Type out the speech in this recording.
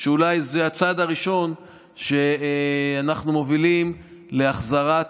שזה אולי הצעד הראשון שאנחנו מובילים להחזרת